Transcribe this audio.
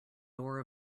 door